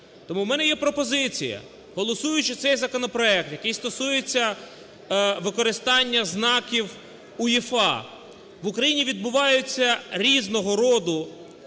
Тому в мене є пропозиція. Голосуючи цей законопроект, який стосується використання знаків УЄФА, в Україні відбуваються різного роду